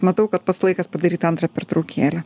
matau kad pats laikas padaryt antrą pertraukėlę